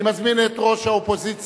אני מזמין את ראש האופוזיציה,